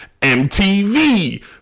MTV